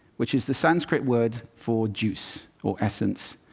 which is the sanskrit word for juice or essence.